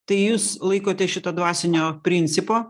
tai jūs laikotės šito dvasinio principo